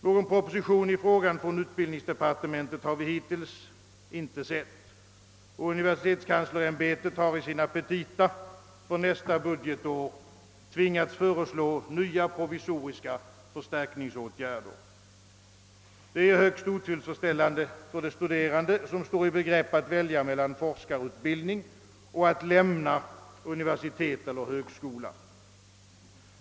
Någon proposition i frågan från utbildningsdepartementet har vi hittills inte sett. Universitetskanslersämbetet har i sina petita för nästa budgetår tvingats föreslå nya provisoriska förstärkningsåtgärder. Det är högst otillfredsställande för de studerande som står i begrepp att välja mellan forskarutbildning och att lämna universitet eller högskola.